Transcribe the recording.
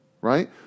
right